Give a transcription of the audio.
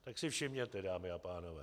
Tak si všimněte, dámy a pánové!